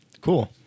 Cool